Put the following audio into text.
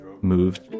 moved